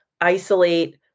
isolate